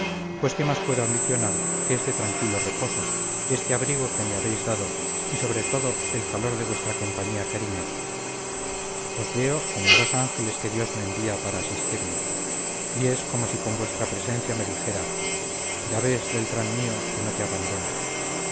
pues qué más puedo ambicionar que este tranquilo reposo este abrigo que me habéis dado y sobre todo el calor de vuestra compañía cariñosa os veo como a dos ángeles que dios me envía para asistirme y es como si con vuestra presencia me dijera ya ves beltrán mío que no te abandono